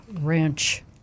ranch